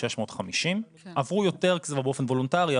2,650. עברו יותר כי זה לא באופן וולונטרי,